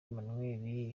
emmanuel